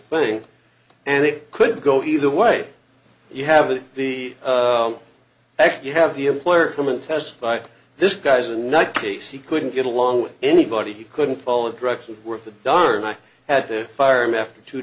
thing and it could go either way you have the act you have the employer woman testified this guy's a nut case he couldn't get along with anybody he couldn't follow directions worth a darn i had to fire him after two